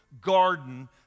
garden